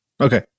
okay